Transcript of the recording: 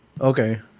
okay